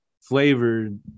flavored